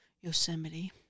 Yosemite